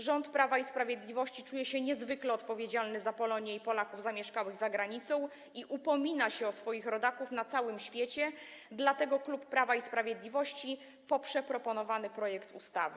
Rząd Prawa i Sprawiedliwości czuje się niezwykle odpowiedzialny za Polonię i Polaków zamieszkałych za granicą i upomina się o swoich rodaków na całym świecie, dlatego klub Prawa i Sprawiedliwości poprze proponowany projekt ustawy.